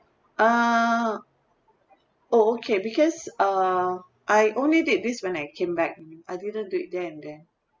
ah oh okay because uh I only did this when I came back I didn't do it there and then